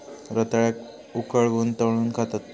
रताळ्याक उकळवून, तळून खातत